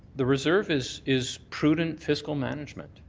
the reserve is is prudent fiscal management.